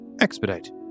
expedite